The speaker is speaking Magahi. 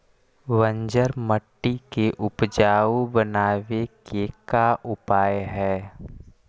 बंजर मट्टी के उपजाऊ बनाबे के का उपाय है?